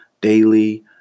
daily